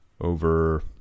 over